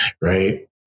right